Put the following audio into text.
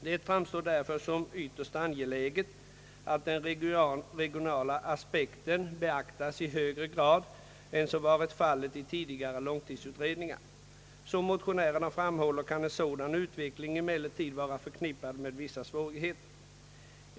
Det framstår därför som ytterst angeläget att den regionala aspekten beaktas i högre grad än vad som varit fallet i tidigare långtidsutredningar. Som motionärerna framhåller kan en sådan utveckling emellertid vara förknippad med vissa svårigheter.